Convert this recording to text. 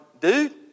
dude